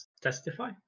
testify